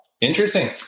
Interesting